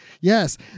Yes